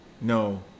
No